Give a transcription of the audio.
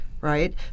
right